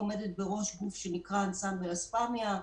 גוף שנקרא אנסמבל אספמיה,